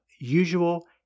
usual